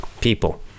people